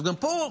גם פה,